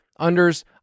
unders